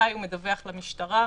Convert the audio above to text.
מתי הוא מדווח למשטרה,